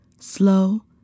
slow